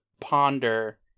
ponder